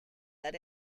led